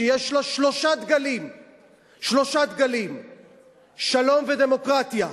שיש לה שלושה דגלים: שלום ודמוקרטיה,